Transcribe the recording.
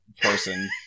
person